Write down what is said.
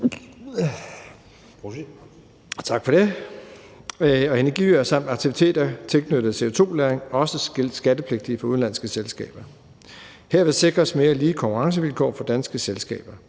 Tak for det.